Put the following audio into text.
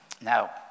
Now